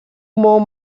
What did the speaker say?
more